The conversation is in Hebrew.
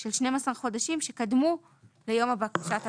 של 12 חודשים שקדמו ליום הגשת הבקשה.